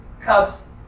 cubs